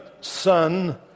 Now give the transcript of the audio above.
son